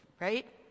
right